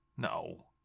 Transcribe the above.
No